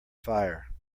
fire